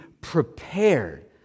prepared